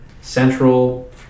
Central